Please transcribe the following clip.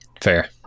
Fair